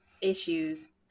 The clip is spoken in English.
issues